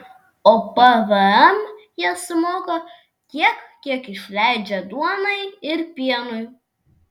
o pvm jie sumoka tiek kiek išleidžia duonai ir pienui